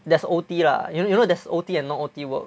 there's O_T lah you know you know there's O_T and no O_T work